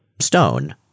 Stone